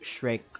Shrek